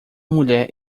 mulher